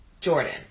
Jordan